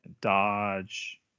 Dodge